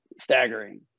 staggering